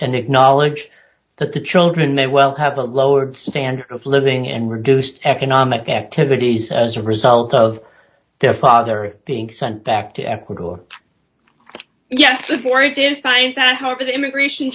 and acknowledge that the children may well have a lower standard of living and reduced economic activities as a result of their father being sent back to ecuador yes the jury didn't find that however the immigration